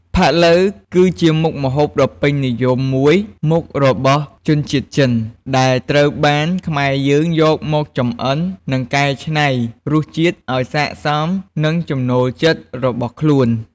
ផាក់ឡូវ គឺជាមុខម្ហូបដ៏ពេញនិយមមួយមុខរបស់ជនជាតិចិន ដែលត្រូវបានខ្មែរយើងយកមកចម្អិន និងកែច្នៃរសជាតិឱ្យស័ក្តិសមនឹងចំណូលចិត្តរបស់ខ្លួន។